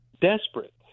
desperate